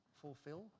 fulfill